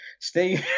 Stay